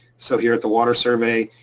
so here at the water survey,